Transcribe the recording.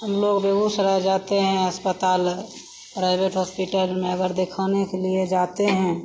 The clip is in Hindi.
हम लोग बेगूसराय जाते हैं अस्पताल प्राइवेट हॉस्पिटल में अगर दिखाने के लिए जाते हैं